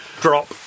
drop